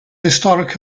historic